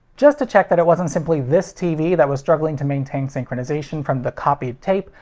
just to check that it wasn't simply this tv that was struggling to maintain synchronization from the copied tape,